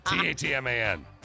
T-A-T-M-A-N